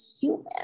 human